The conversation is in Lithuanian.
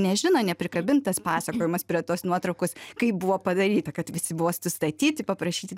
nežino neprikabintas pasakojimas prie tos nuotraukos kaip buvo padaryta kad visi buvo sustatyti paprašyti